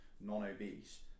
non-obese